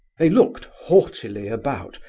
they looked haughtily about,